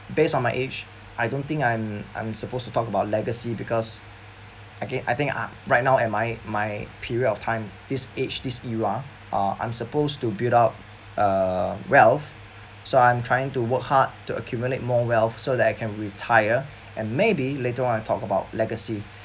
based on my age I don't think I'm I'm supposed to talk about legacy because again I think I right now am I my my period of time this age this era uh I'm supposed to build up uh wealth so I'm trying to work hard to accumulate more wealth so that I can retire and maybe later on I'll talk about legacy